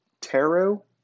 tarot